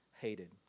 hated